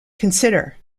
consider